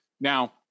Now